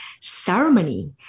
ceremony